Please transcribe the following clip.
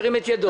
ירים את ידו.